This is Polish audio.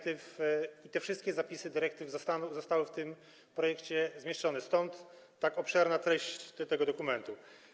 Te wszystkie zapisy dyrektyw zostały w tym projekcie zamieszczone, stąd tak obszerna treść tego dokumentu.